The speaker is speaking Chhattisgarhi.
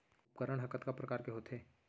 उपकरण हा कतका प्रकार के होथे?